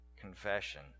confession